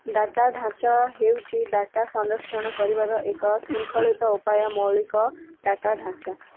data ଢାଞ୍ଚା ହେଉଛି data ସଂରକ୍ଷଣ କରିବାର ଏକ ଶୃଙ୍ଖଳିତ ଉପାୟ ମୌଳିକ ଡାଟା ଢାଞ୍ଚା